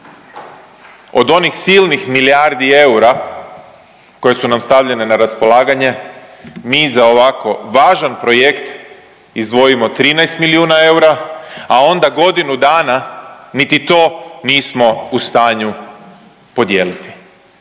Od onih silnih milijardi eura koje su nam stavljene na raspolaganje, mi za ovako važan projekt izdvojimo 13 milijuna eura, a onda godinu dana niti to nismo u stanju podijeliti